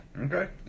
okay